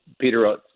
Peter